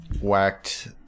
whacked